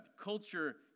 Culture